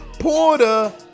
Porter